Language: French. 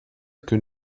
que